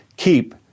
Keep